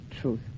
truth